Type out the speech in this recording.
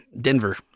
Denver